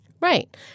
Right